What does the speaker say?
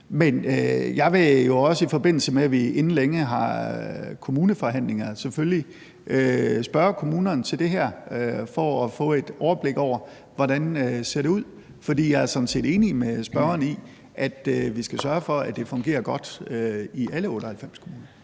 Men jeg vil også, i forbindelse med at vi inden længe har forhandlinger med kommunerne, selvfølgelig spørge kommunerne om det her for at få et overblik over, hvordan det ser ud. For jeg er sådan set enig med spørgeren i, at vi skal sørge for, at det fungerer godt i alle 98 kommuner.